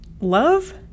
love